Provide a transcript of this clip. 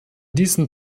diesem